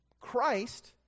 Christ